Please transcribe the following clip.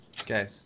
okay